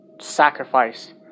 sacrifice